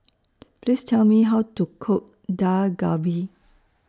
Please Tell Me How to Cook Dak Galbi